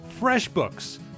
FreshBooks